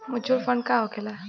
Mutual fund का होखेला?